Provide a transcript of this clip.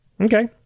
Okay